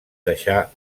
deixà